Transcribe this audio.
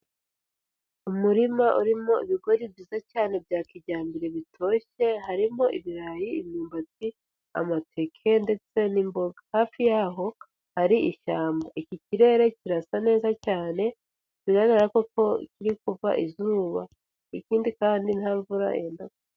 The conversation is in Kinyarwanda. Umurima urimo ibigori byiza cyane bya kijyambere bitoshye, harimo ibirayi, imyumbati, amateke, ndetse n'imboga, hafi yaho hari ishyamba, iki kirere kirasa neza cyane bigaragara koko kiri kuva izuba, ikindi kandi nta mvura yenda kugwa.